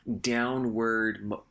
downward